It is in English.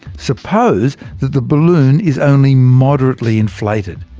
suppose that the balloon is only moderately inflated,